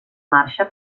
marxa